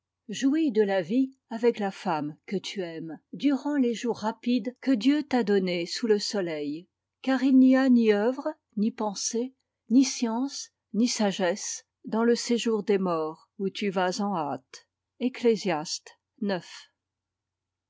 jouis de la vie avec la femme que tu aimes durant les jours rapides que dieu t'a donnés sous le soleil car il n'y a ni œuvre ni pensée ni science ni sagesse dans le séjour des morts où tu vas en hâte ecclésiaste